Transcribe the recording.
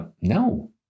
no